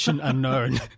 unknown